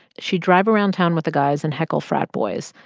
she'd drive around town with the guys and heckle frat boys,